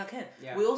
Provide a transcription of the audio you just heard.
ya